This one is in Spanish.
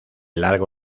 largo